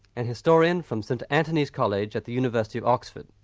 an historian from st antony's college at the university of oxford.